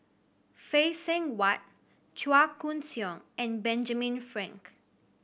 Phay Seng Whatt Chua Koon Siong and Benjamin Frank